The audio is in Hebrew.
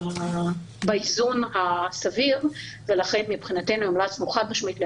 שפוגע באיזון הסביר ולכן המלצנו חד-משמעית לאשר,